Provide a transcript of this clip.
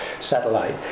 satellite